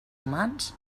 humans